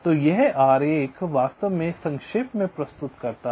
तो यह आरेख वास्तव में संक्षेप में प्रस्तुत करता है